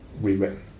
rewritten